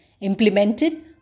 implemented